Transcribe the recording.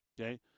Okay